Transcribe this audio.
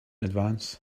advance